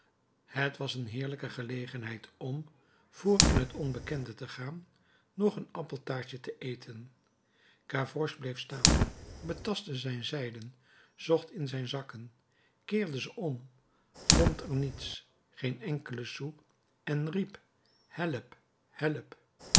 t was een heerlijke gelegenheid om vr in het onbekende te gaan nog een appeltaartje te eten gavroche bleef staan betastte zijn zijden zocht in zijn zakken keerde ze om vond er niets geen enkelen sou en riep help help